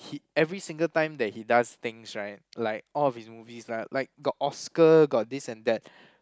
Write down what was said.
he every single time that he does things right like all of his movies lah like got Oscar got this and that